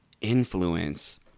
influence